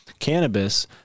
cannabis